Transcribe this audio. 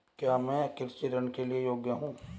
क्या मैं कृषि ऋण के योग्य हूँ?